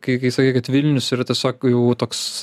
kai kai sakai kad vilnius yra tiesiog jau toks